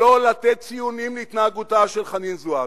לא לתת ציונים להתנהגותה של חנין זועבי.